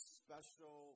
special